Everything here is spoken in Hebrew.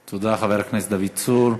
תודה, חבר הכנסת דוד צור.